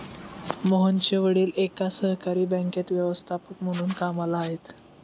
मोहनचे वडील एका सहकारी बँकेत व्यवस्थापक म्हणून कामला आहेत